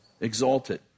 exalted